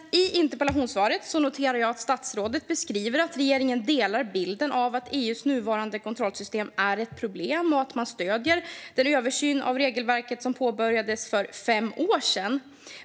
Jag noterar att statsrådet i interpellationssvaret beskriver att regeringen delar bilden att EU:s nuvarande kontrollsystem är ett problem och stöder den översyn av regelverket som påbörjades för hela fem år sedan.